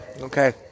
Okay